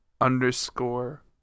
underscore